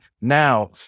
now